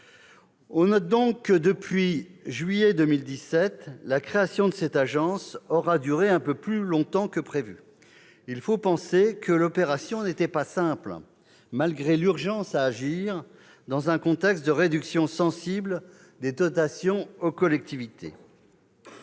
On note donc que, depuis juillet 2017, le processus de création de cette agence aura duré un peu plus longtemps que prévu. Il faut penser que l'opération n'était pas simple, malgré l'urgence à agir, dans un contexte de réduction sensible des dotations aux collectivités.